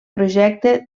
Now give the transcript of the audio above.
projecte